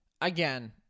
Again